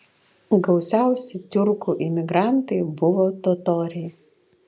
gausiausi tiurkų imigrantai buvo totoriai